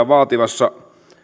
vaativassa